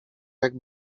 jak